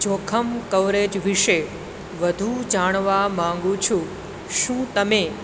જોખમ કવરેજ વિશે વધુ જાણવા માગું છું શું તમે